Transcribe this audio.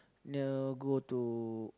near go to